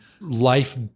Life